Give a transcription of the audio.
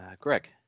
Greg